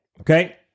Okay